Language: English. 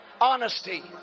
honesty